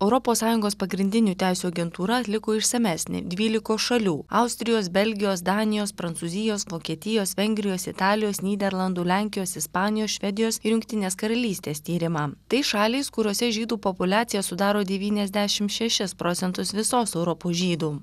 europos sąjungos pagrindinių teisių agentūra atliko išsamesnį dvylikos šalių austrijos belgijos danijos prancūzijos vokietijos vengrijos italijos nyderlandų lenkijos ispanijos švedijos ir jungtinės karalystės tyrimą tai šalys kuriose žydų populiacija sudaro devyniasdešim šešis procentus visos europos žydų